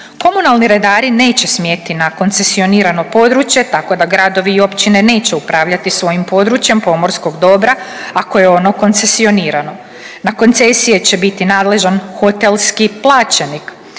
Komunalni redari neće smjeti na koncesionirano područje tako da gradovi i općine neće upravljati svojim područjem pomorskog dobra ako je ono koncesionirano, na koncesije će biti nadležan hotelski plaćenik,